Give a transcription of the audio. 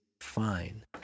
fine